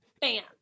bam